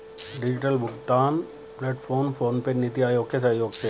digital भुगतान platform PhonePe, NITI Aayog के सहयोग से है